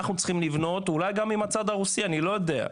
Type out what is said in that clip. אנחנו צריכים אולי גם עם הצד הרוסי אני לא יודע,